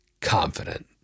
confident